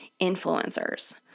influencers